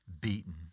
beaten